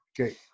okay